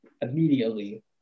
immediately